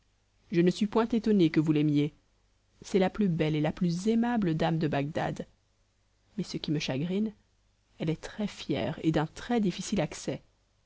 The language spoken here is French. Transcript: je ne suis point étonnée que vous l'aimiez c'est la plus belle et la plus aimable dame de bagdad mais ce qui me chagrine elle est très fière et d'un trèsdifficile accès